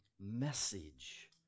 message